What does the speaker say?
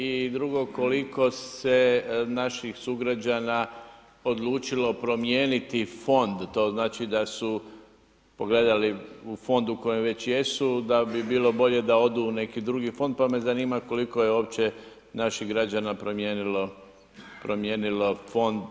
I drugo, koliko se naših sugrađana odlučilo promijeniti fond, to znači da su pogledali u fond u kojem već jesu da bi bilo bolje da odu u neki drugi fond, pa me zanima koliko je uopće naših građana promijenilo fond?